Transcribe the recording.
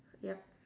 yup